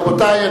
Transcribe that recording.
רבותי,